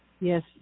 Yes